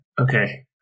okay